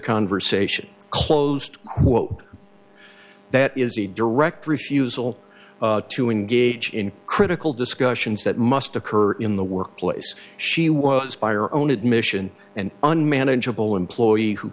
conversation closed hooo that is a direct refusal to engage in critical discussions that must occur in the workplace she was by or own admission and unmanageable employee who